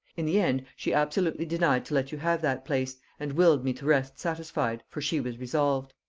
in the end she absolutely denied to let you have that place and willed me to rest satisfied, for she was resolved.